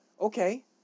Okay